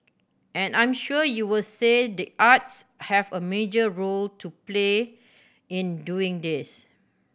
and I'm sure you'll say the arts have a major role to play in doing this